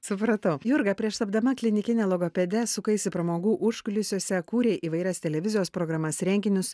supratau jurga prieš tapdama klinikine logopede sukaisi pramogų užkulisiuose kūriai įvairias televizijos programas renginius